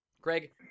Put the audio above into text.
greg